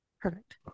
Perfect